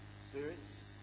Spirits